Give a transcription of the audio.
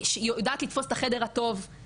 שהיא יודעת לתפוס את החדר הטוב.